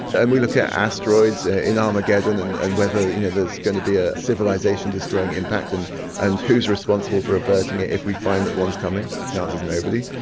and we look at asteroids in armageddon and and whether you know there's going to be a civilisation-destroying impact, and and who's responsible for averting it if we find that one's coming. the answer's nobody.